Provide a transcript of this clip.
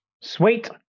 Sweet